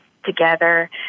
together